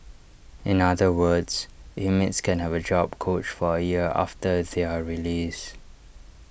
in other words inmates can have A job coach for A year after their release